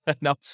No